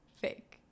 fake